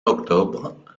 octobre